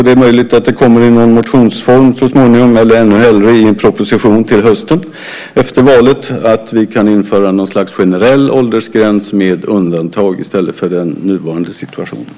Det är möjligt att det kommer något om detta i motionsform, eller ännu hellre i en proposition till hösten, efter valet, att vi kan införa något slags generell åldersgräns med undantag i stället för den nuvarande situationen.